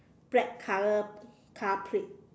black color car plate